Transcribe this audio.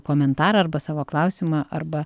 komentarą arba savo klausimą arba